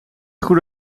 goed